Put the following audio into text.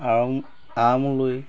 আম আমৰলি